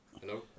Hello